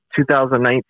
2019